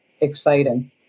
exciting